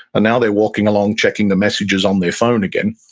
now they're walking along checking the messages on their phone again,